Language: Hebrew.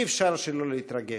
אי-אפשר שלא להתרגש,